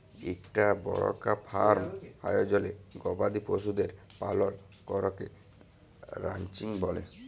ইকটা বড়কা ফার্ম আয়জলে গবাদি পশুদের পালল ক্যরাকে রানচিং ব্যলে